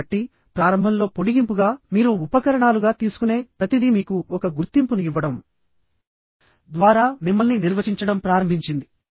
కాబట్టి ప్రారంభంలో పొడిగింపుగా మీరు ఉపకరణాలుగా తీసుకునే ప్రతిదీ మీకు ఒక గుర్తింపును ఇవ్వడం ద్వారా మిమ్మల్ని నిర్వచించడం ప్రారంభించింది